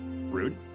Rude